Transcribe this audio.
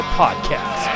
podcast